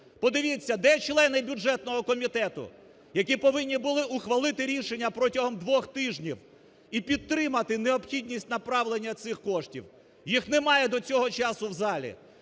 Подивіться, де члени бюджетного комітету, які повинні були ухвалити рішення протягом двох тижнів і підтримати необхідність направлення цих коштів. Їх немає до цього часу в залі.